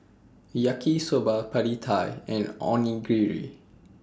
Yaki Soba Pad Thai and Onigiri